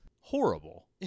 horrible